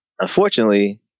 Unfortunately